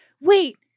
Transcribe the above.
Wait